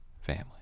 family